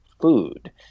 food